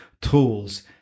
tools